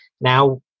now